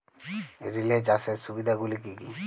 Relay চাষের সুবিধা গুলি কি কি?